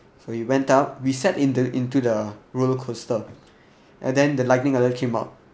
so we went out we sat in the into the roller coaster and then the lightning like that came out